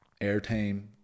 airtime